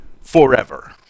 forever